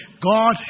God